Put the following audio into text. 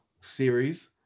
series